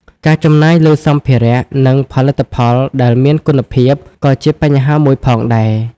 ការចំណាយលើសម្ភារៈ និងផលិតផលដែលមានគុណភាពក៏ជាបញ្ហាមួយផងដែរ។